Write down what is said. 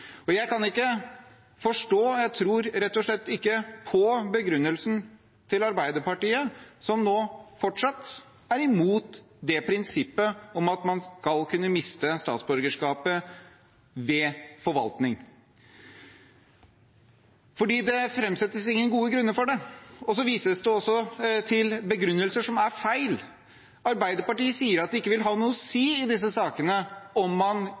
Jeg kan ikke forstå og tror rett og slett ikke på begrunnelsen til Arbeiderpartiet, som nå fortsatt er imot prinsippet om at man skal kunne miste statsborgerskapet ved forvaltning, for det framsettes ingen gode grunner for det. Det vises også til begrunnelser som er feil. Arbeiderpartiet sier det ikke vil ha noe å si i disse sakene om man